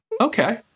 okay